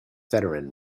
veteran